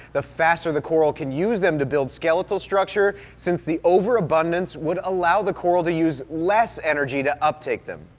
the faster the coral can use them to build skeletal structure, since the over abundance would allow the coral to use less energy to uptake them.